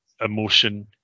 emotion